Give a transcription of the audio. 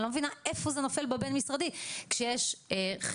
אני לא מבינה איפה זה נופל בבין משרדי כשיש חדר,